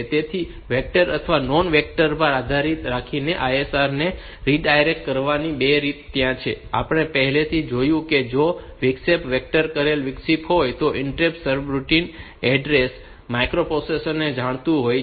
તેથી વેક્ટર અથવા non vector પર આધાર રાખીને આ ISR ને રીડાયરેક્ટ કરવાની બે રીતો ત્યાં છે અને આપણે પહેલાથી જ જોયું છે કે જો વિક્ષેપ એ વેક્ટર કરેલ વિક્ષેપ હોય તો interrupt service routine address microprocessor ને જાણીતું હોય છે